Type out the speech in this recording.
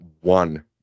one